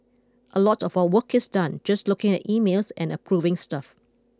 a lot of our work is done just looking at emails and approving stuff